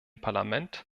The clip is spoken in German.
parlament